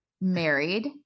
married